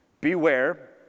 Beware